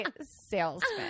salesman